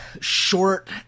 short